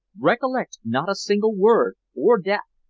recollect, not a single word or death!